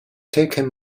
taken